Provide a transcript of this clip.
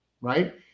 right